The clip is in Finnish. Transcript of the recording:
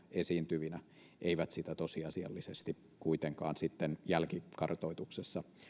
esiintyvistä ei sitä tosiasiallisesti kuitenkaan sitten jälkikartoituksessa